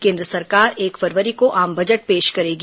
केन्द्र सरकार एक फरवरी को आम बजट पेश करेगी